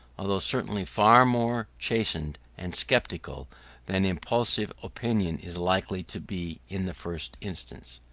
although certainly far more chastened and sceptical than impulsive opinion is likely to be in the first instance.